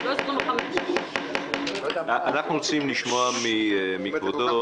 אנחנו רוצים לשמוע מכבודו,